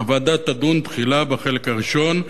הוועדה תדון תחילה בחלק הראשון,